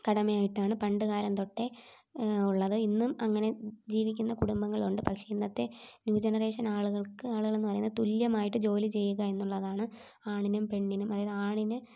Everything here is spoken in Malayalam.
കടമയായിട്ടാണ് പണ്ട് കാലം തൊട്ടേ ഉള്ളത് ഇന്നും അങ്ങനെ ജീവിക്കുന്ന കുടുംബങ്ങൾ ഉണ്ട് പക്ഷേ ഇന്നത്തെ ന്യൂ ജനറേഷൻ ആളുകൾക്ക് ആളുകൾ എന്ന് പറയുന്നത് തുല്യമായിട്ട് ജോലി ചെയ്യുക എന്നുള്ളതാണ് ആണിനും പെണ്ണിനും അതായത് ആണിന്